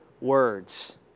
words